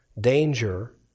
danger